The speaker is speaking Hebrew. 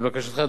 לבקשתך,